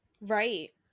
right